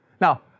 Now